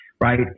right